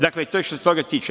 Dakle, to je što se toga tiče.